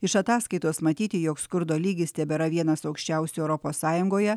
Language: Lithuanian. iš ataskaitos matyti jog skurdo lygis tebėra vienas aukščiausių europos sąjungoje